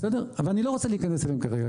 ואני לא רוצה להיכנס אליהם כרגע.